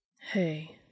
Hey